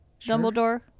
Dumbledore